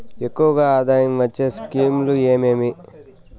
ఎక్కువగా ఆదాయం వచ్చే స్కీమ్ లు ఏమేమీ?